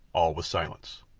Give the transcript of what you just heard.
all was silence.